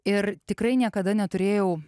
ir tikrai niekada neturėjau